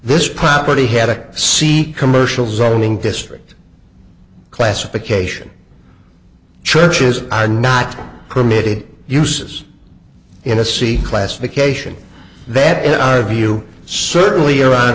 this property had a seat commercial zoning district classification churches are not permitted uses in a c classification that in our view certainly